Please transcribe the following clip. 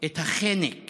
את החנק